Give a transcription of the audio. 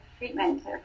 Treatment